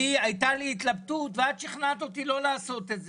הייתה לי התלבטות ואת שכנעת אותי לא לעשות את זה.